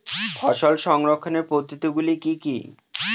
ফসল সংরক্ষণের পদ্ধতিগুলি কি কি?